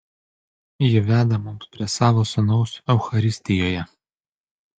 ji veda mums prie savo sūnaus eucharistijoje